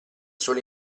solo